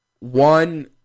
One